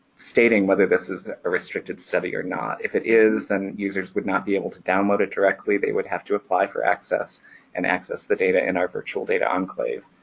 stating whether this is a restricted study or not. if it is then users would not be able to download it directly, they would have to apply for access and access the data in our virtual data enclave